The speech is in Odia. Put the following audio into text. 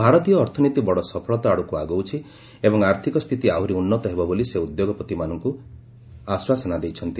ଭାରତୀୟ ଅର୍ଥନୀତି ବଡ଼ ସଫଳତା ଆଡ଼କୁ ଆଗଉଛି ଏବଂ ଆର୍ଥିକ ସ୍ଥିତି ଆହୁରି ଉନ୍ନତ ହେବ ବୋଲି ସେ ଉଦ୍ୟୋଗପତିମାନଙ୍କୁ ଆଶ୍ୱାସନା ଦେଇଛନ୍ତି